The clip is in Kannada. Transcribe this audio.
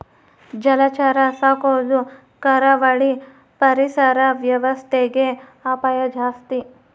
ಜಲಚರ ಸಾಕೊದು ಕರಾವಳಿ ಪರಿಸರ ವ್ಯವಸ್ಥೆಗೆ ಅಪಾಯ ಜಾಸ್ತಿ